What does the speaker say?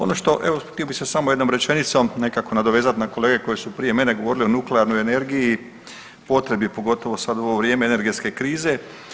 Ono što, evo htio bi se samo jednom rečenicom nekako nadovezat na kolege koje su prije mene govorili o nuklearnoj energiji i potrebi pogotovo sad u ovo vrijeme energetske krize.